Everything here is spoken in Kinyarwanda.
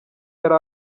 yari